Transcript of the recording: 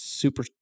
super